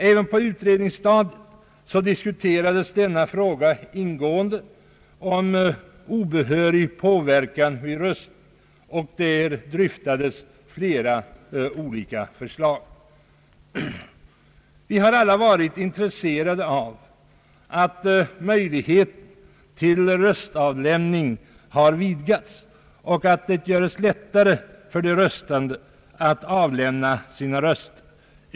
Även på utredningsstadiet diskuterades denna fråga ingående om obehörig påverkan vid röstning. Där dryftades flera olika förslag. Vi har alla varit intresserade av att möjligheterna till röstavlämning har vidgats och att det göres lättare för de röstande att avlämna sina röster.